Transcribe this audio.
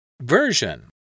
version